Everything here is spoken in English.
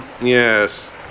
Yes